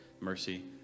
mercy